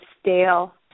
stale